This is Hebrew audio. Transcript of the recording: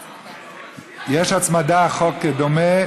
יש הצמדה של חוק דומה,